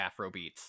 Afrobeats